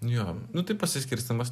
jo nu taip pasiskirstymas